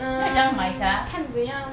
mm 看怎样 lor